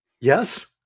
Yes